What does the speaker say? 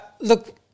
Look